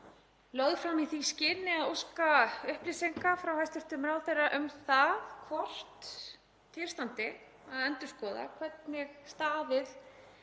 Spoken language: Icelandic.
lögð fram í því skyni að óska upplýsinga frá hæstv. ráðherra um það hvort til standi að endurskoða hvernig staðið